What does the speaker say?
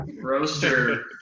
roaster